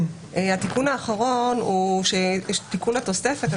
התיקון האחרון הוא תיקון התוספת.